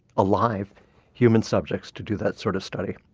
alive human subjects to do that sort of study.